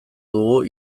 dugu